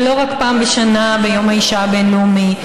ולא רק פעם בשנה ביום האישה הבין-לאומי,